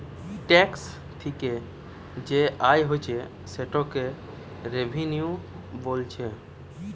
tax থিকে যে আয় হচ্ছে সেটাকে রেভিনিউ বোলছে